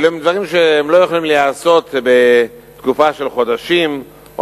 אלה דברים שלא יכולים להיעשות בתקופה של חודשים או